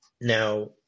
Now